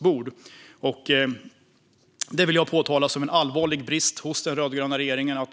Jag anser att det är en allvarlig brist att den rödgröna regeringen